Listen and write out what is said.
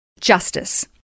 justice